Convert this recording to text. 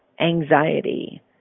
anxiety